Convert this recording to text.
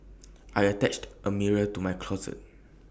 I attached A mirror to my closet